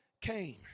came